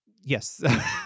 yes